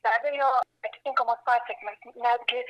be abejo atitinkamos pasekmės netgi